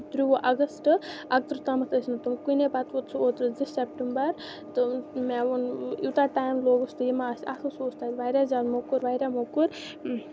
ترُوُہ اَگَستہٕ اَکتٕرٛہ تامَتھ ٲسۍ نہٕ تِم کُنے پَتہٕ ووت سُہ اوترٕ زٕ سیٚپٹَمبَر تہٕ مےٚ ووٚن یوٗتاہ ٹایم لوگُس تہٕ یہِ ما آسہِ اَصٕل سُہ اوس تَتہِ واریاہ زیادٕ موٚکُر واریاہ موٚکُر